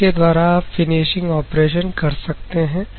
इसके द्वारा आप फिनिशिंग ऑपरेशन कर सकते हैं